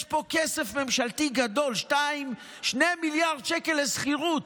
יש פה כסף ממשלתי גדול, 2 מיליארד שקל לשכירות.